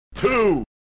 two